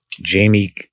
Jamie